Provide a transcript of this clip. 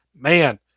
man